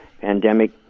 pandemic